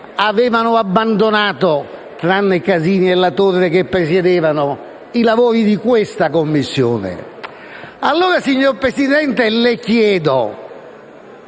avevano abbandonato, tranne Casini e Latorre che presiedevano, i lavori della Commissione. Signor Presidente, le chiedo,